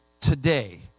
today